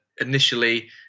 initially